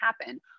happen